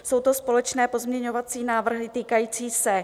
Jsou to společné pozměňovací návrhy týkající se kultury.